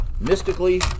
mystically